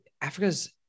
Africa's